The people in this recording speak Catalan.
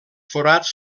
forats